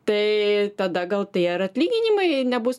tai tada gal tie ir atlyginimai nebus